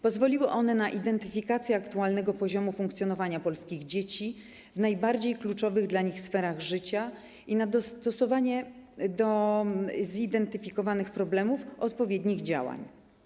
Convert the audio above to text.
Pozwoliły one na identyfikację aktualnego poziomu funkcjonowania polskich dzieci w najbardziej kluczowych dla nich sferach życia i na dostosowanie do zidentyfikowanych problemów odpowiednich działań.